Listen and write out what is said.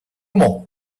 more